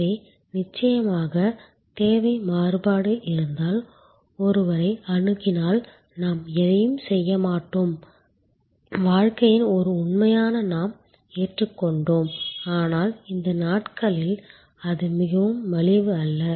எனவே நிச்சயமாக தேவை மாறுபாடு இருந்தால் ஒருவரை அணுகினால் நாம் எதையுமே செய்ய மாட்டோம் வாழ்க்கையின் ஒரு உண்மையாக நாம் ஏற்றுக்கொண்டோம் ஆனால் இந்த நாட்களில் அது மிகவும் மலிவு அல்ல